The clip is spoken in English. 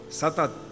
Satat